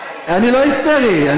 אני לא היסטרי,